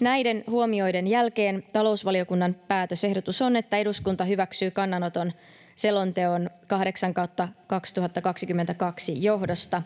Näiden huomioiden jälkeen talousvaliokunnan päätösehdotus on, että eduskunta hyväksyy kannanoton selonteon 8/2022 johdosta.